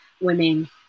women